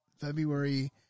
February